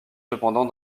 cependant